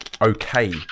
Okay